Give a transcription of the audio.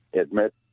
admit